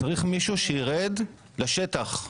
צריך מישהו ירד לשטח,